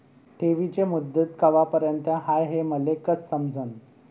ठेवीची मुदत कवापर्यंत हाय हे मले कस समजन?